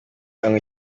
anywa